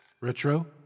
Retro